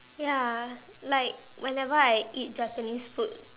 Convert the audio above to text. ya like whenever I eat Japanese food